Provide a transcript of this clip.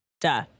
Duh